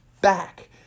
back